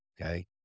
okay